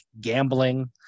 gambling